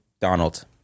Donald